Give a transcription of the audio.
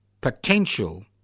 potential